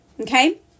okay